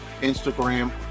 Instagram